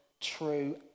true